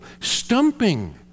stumping